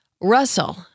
Russell